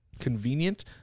convenient